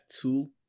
two